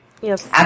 Yes